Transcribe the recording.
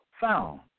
found